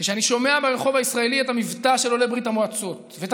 כשאני שומע ברחוב הישראלי את המבטא של עולי ברית המועצות ואת